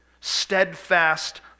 steadfast